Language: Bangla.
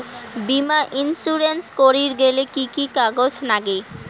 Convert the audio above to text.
বীমা ইন্সুরেন্স করির গেইলে কি কি কাগজ নাগে?